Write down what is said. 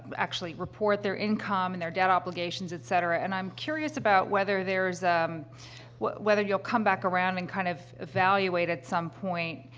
but actually report their income and their debt obligations, et cetera, and i'm curious about whether there is, um whether you'll come back around and kind of evaluate, at some point,